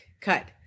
Cut